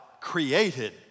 created